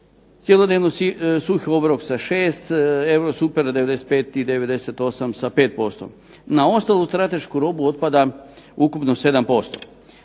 cjelodnevni suhi obrok sa 6, Eurosuper95 i 98 sa 5%. Na ostalu stratešku robu otpada ukupno 7%.